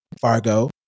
Fargo